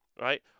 right